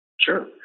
sure